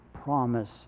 promise